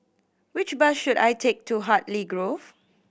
which bus should I take to Hartley Grove